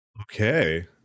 Okay